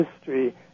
history